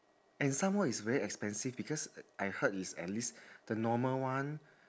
and some more it's very expensive because I heard it's at least the normal one